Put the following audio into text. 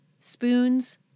spoons